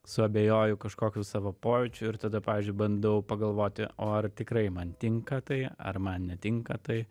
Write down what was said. suabejoju kažkokiu savo pojūči ir tada pavyzdžiui bandau pagalvoti o ar tikrai man tinka tai ar man netinka tai